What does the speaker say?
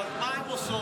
אבל מה הן עושות?